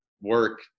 work